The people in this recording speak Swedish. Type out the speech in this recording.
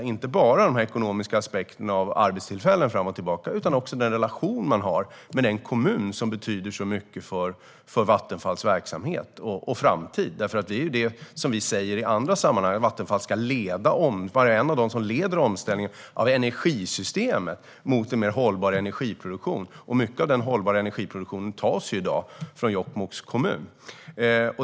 Det handlar inte bara om de ekonomiska aspekterna av arbetstillfällen fram och tillbaka utan också om den relation man har med den kommun som betyder så mycket för Vattenfalls verksamhet och framtid. Vi säger i andra sammanhang att Vattenfall ska vara en av dem som leder omställningen av energisystemet mot en mer hållbar energiproduktion. Mycket av den hållbara energiproduktionen tas i dag från Jokkmokks kommun.